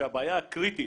שהבעיה הקריטית